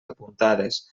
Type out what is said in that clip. apuntades